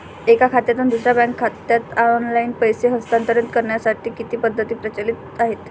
एका खात्यातून दुसऱ्या बँक खात्यात ऑनलाइन पैसे हस्तांतरित करण्यासाठी किती पद्धती प्रचलित आहेत?